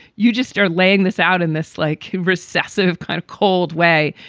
you just are laying this out in this like recessive kind of cold way,